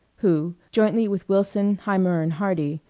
who, jointly with wilson, hiemer and hardy,